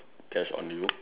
cash on you